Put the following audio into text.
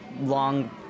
long